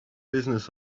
business